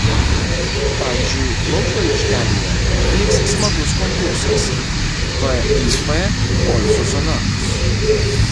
pavyzdžiui lauko aikštelėje vyks smagus konkursas vip poilsio zona